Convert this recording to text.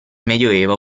medioevo